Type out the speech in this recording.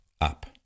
up